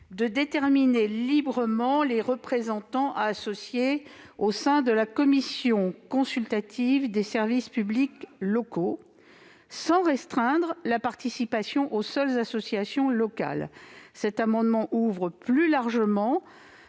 de déterminer librement les représentants à associer au sein de la Commission consultative des services publics locaux sans restreindre la participation aux seules associations locales. Cet amendement vise à ouvrir plus largement